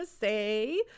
say